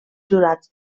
jurats